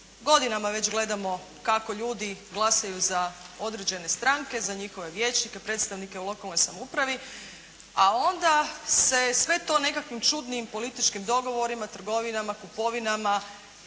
Godinama već gledamo kako ljudi glasaju za određene stranke, za njihove vijećnike, predstavnike u lokalnoj samoupravi, a onda se sve to nekakvim čudnim političkim dogovorima, trgovinama, kupovinama